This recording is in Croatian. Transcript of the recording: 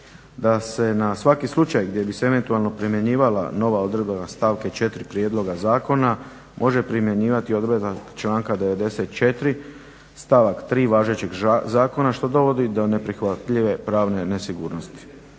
da se na svaki slučaj gdje bi se eventualno primjenjivala nova odredba stavke 4. prijedloga zakona može primjenjivati i odredba članka 94. stavak 3. važećeg zakona što dovodi do neprihvatljive pravne nesigurnosti.